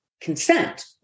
consent